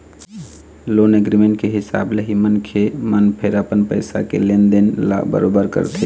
loan agreement के हिसाब ले ही मनखे मन फेर अपन पइसा के लेन देन ल बरोबर करथे